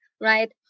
right